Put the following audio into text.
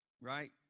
right